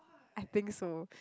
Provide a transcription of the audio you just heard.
I think so